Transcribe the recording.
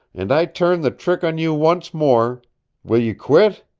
and i turn the trick on you once more will you quit?